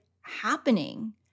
happening